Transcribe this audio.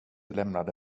lämnade